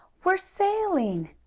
we're sailing!